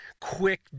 quick